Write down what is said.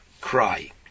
cry